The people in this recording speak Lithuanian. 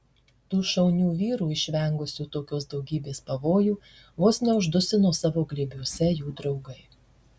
tų šaunių vyrų išvengusių tokios daugybės pavojų vos neuždusino savo glėbiuose jų draugai